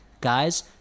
guys